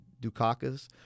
Dukakis